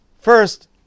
first